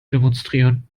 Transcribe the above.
demonstrieren